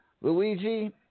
Luigi